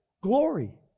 glory